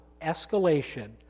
escalation